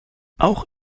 auch